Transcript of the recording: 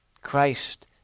Christ